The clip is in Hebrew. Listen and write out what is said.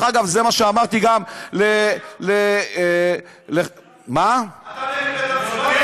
אגב, זה מה שאמרתי גם, אתה נגד בית-המשפט?